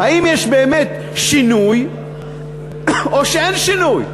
האם יש באמת שינוי או שאין שינוי?